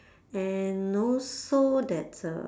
and also that uh